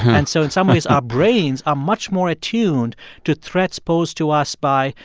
and so in some ways, our brains are much more attuned to threats posed to us by,